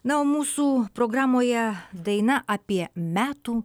na o mūsų programoje daina apie metų